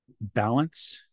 balance